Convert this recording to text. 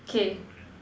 K